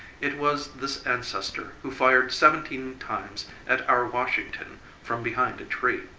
it was this ancestor who fired seventeen times at our washington from behind a tree.